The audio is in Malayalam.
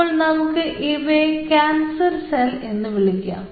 അപ്പോൾ നമുക്ക് ഇവയെ കാൻസർ സെൽ എന്ന് വിളിക്കാം